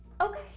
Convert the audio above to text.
Okay